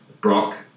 Brock